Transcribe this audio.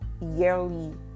yearly